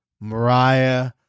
Mariah